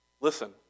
Listen